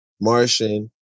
Martian